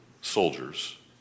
soldiers